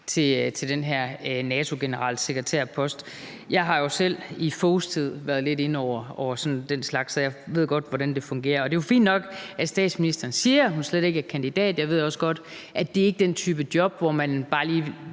til den her NATO-generalsekretærpost. Jeg har jo selv i Anders Fogh Rasmussens tid været lidt inde over den slags, så jeg ved godt, hvordan det fungerer. Det er jo fint nok, at statsministeren siger, at hun slet ikke er kandidat. Jeg ved også godt, at det ikke er den type job, hvor man bare lige